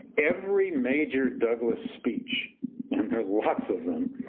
every major douglass speech, and there are lots of them,